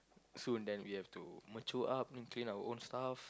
so and then we have to mature up and clean our own stuff